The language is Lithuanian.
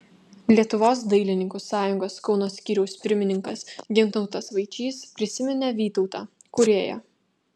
lietuvos dailininkų sąjungos kauno skyriaus pirmininkas gintautas vaičys prisiminė vytautą kūrėją